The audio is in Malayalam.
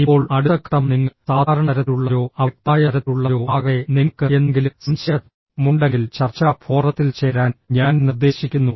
ഇപ്പോൾ അടുത്ത ഘട്ടം നിങ്ങൾ സാധാരണ തരത്തിലുള്ളവരോ അവ്യക്തമായ തരത്തിലുള്ളവരോ ആകട്ടെ നിങ്ങൾക്ക് എന്തെങ്കിലും സംശയ മുണ്ടെങ്കിൽ ചർച്ചാ ഫോറത്തിൽ ചേരാൻ ഞാൻ നിർദ്ദേശിക്കുന്നു